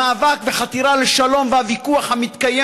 המאבק והחתירה לשלום והוויכוח המתקיים